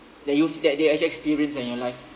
that you've that that actually experienced in your life